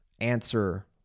answer